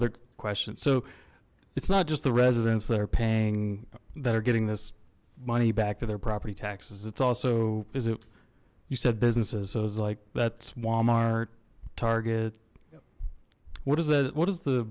other questions so it's not just the residents that are paying that are getting this money back to their property taxes it's also is it you said businesses so i was like that's walmart target what is that what does the